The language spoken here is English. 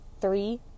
three